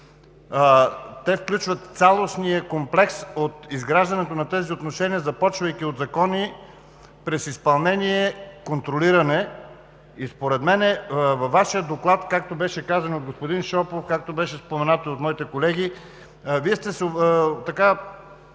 те включват цялостния комплекс от изграждането на тези отношения, започвайки от закони, през изпълнение, контролиране… И според мен във Вашия доклад, както беше казано от господин Шопов, както беше споменато и от моите колеги, Вие сте се